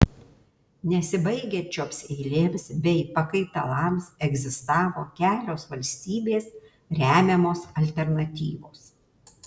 nesibaigiančioms eilėms bei pakaitalams egzistavo kelios valstybės remiamos alternatyvos